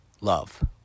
love